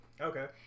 Okay